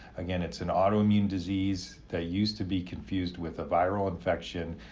again, it's an autoimmune disease that used to be confused with a viral infection.